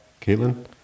Caitlin